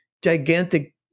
gigantic